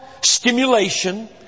Stimulation